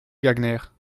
gagnaire